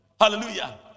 Hallelujah